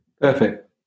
Perfect